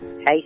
Hey